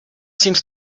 seems